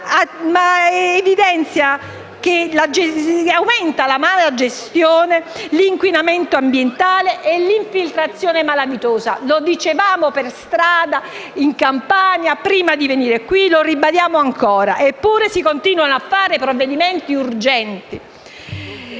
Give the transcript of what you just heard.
ma evidenziano l'aumento della malagestione, dell'inquinamento ambientale e dell'infiltrazione malavitosa. Lo dicevamo per strada in Campania prima di venire in questa sede lo ribadiamo ancora, eppure si continuano a varare provvedimenti urgenti.